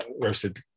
roasted